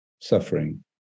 suffering